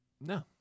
No